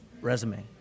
resume